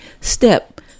Step